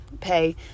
pay